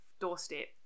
doorstep